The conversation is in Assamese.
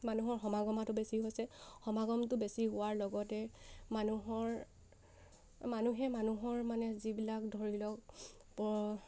মানুহৰ সমাগমাটো বেছি হৈছে সমাগমটো বেছি হোৱাৰ লগতে মানুহৰ মানুহে মানুহৰ মানে যিবিলাক ধৰি লওক